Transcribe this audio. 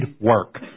work